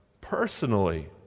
personally